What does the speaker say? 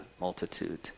multitude